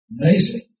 amazing